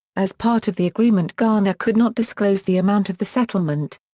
as part of the agreement garner could not disclose the amount of the settlement.